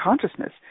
consciousness